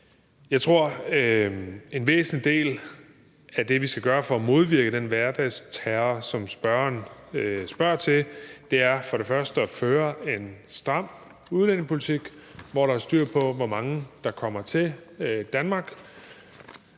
Jeg tror, at en væsentlig del af det, vi skal gøre for at modvirke den hverdagsterror, som spørgeren spørger til, er for det første at føre en stram udlændingepolitik, hvor der er styr på, hvor mange der kommer til Danmark.